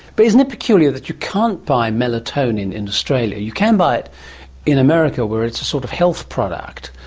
but isn't it peculiar that you can't buy melatonin in australia. you can buy it in america where it is a sort of health product.